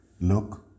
look